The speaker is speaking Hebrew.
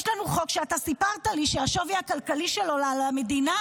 יש לנו חוק שאתה סיפרת לי שהשווי הכלכלי שלו למדינה,